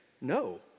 no